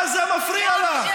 מה זה מפריע לך?